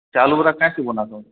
ଚାଉଳ ବରା